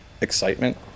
excitement